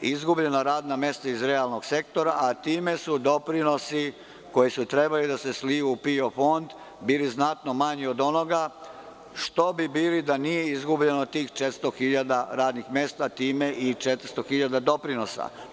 izgubljena radna mesta iz realnog sektora, a time su doprinosi koji su trebali da se sliju u PIO fond bili znatno manji od onoga što bi bili da nije izgubljeno tih 400.000 radnih mesta i time 400.000 doprinosa.